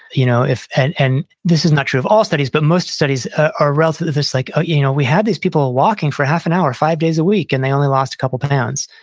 you know and and this is not true of all studies, but most studies are relatively. there's like, oh, you know we had these people walking for half an hour, five days a week and they only lost a couple pounds.